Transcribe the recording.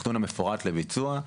באמת התכנון המפורט לביצוע,